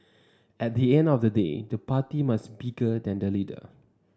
at the end of the day the party must bigger than the leader